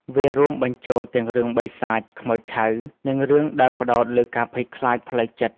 វារួមបញ្ចូលទាំងរឿងបិសាច ខ្មោចឆៅ និងរឿងដែលផ្ដោតលើការភ័យខ្លាចផ្លូវចិត្ត។